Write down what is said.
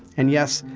and yes,